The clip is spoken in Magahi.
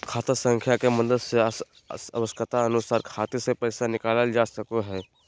खाता संख्या के मदद से आवश्यकता अनुसार खाते से पैसा निकालल जा सको हय